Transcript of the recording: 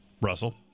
Russell